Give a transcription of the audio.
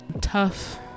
tough